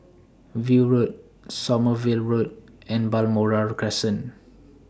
View Road Sommerville Road and Balmoral Crescent